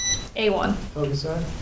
A1